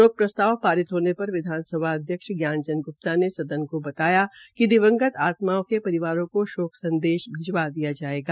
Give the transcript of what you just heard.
शोक प्रस्तव पारित होने पर विधानसभा अध्यक्ष ज्ञानचंद ग्प्ता ने सदन को बताया कि दिवंगत आत्माओ के परिवारों को शोक संदेश भिजवा दिया जायेगा